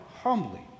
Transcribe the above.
humbly